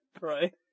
Right